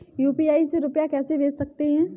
UPI से रुपया कैसे भेज सकते हैं?